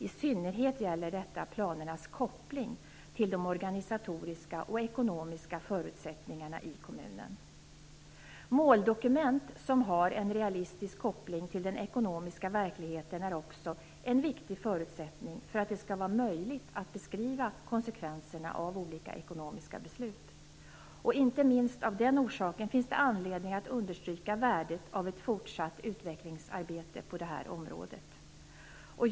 I synnerhet gäller detta planernas koppling till de organisatioriska och ekonomiska förutsättningarna i kommunen. Måldokument som har en realistisk koppling till den ekonomiska verkligheten är också en viktig förutsättning för att det skall vara möjligt att beskriva konsekvenserna av olika ekonomiska beslut. Inte minst av den orsaken finns det anledning att understryka värdet av ett fortsatt utvecklingsarbete på det här området.